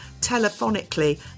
telephonically